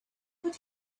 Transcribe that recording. but